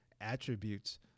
attributes